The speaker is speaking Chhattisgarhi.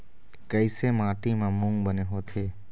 कइसे माटी म मूंग बने होथे?